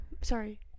sorry